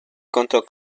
contro